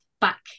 back